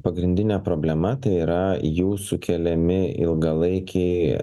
pagrindinė problema tai yra jų sukeliami ilgalaikiai